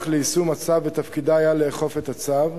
ליישום הצו ותפקידה היה לאכוף את הצו.